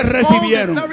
recibieron